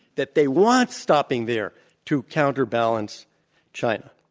that they weren't stopping there to counterbalance china.